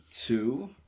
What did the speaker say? two